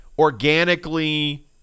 Organically